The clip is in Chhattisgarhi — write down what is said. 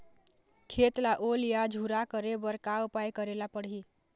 खेत ला ओल या झुरा करे बर का उपाय करेला पड़ही?